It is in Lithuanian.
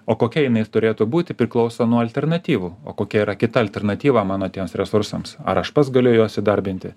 o kokia jinai turėtų būti priklauso nuo alternatyvų o kokia yra kita alternatyva mano resursams ar aš pats galiu juos įdarbinti